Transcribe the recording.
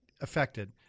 affected